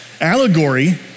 Allegory